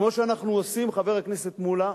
כמו שאנחנו עושים, חבר הכנסת מולה,